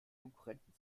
konkurrenten